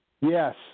Yes